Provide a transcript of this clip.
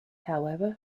however